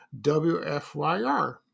WFYR